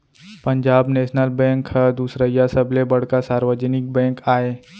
Punjab national bank ह दुसरइया सबले बड़का सार्वजनिक बेंक आय